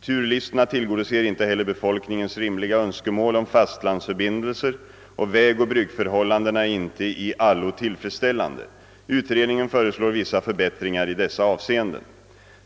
Turlistorna tillgodoser inte heller befolkningens rimliga önskemål om fastlandsförbindelser, och vägoch bryggförhållandena är inte i allo tillfredsställande. Utredningen föreslår vissa förbättringar i dessa avseenden.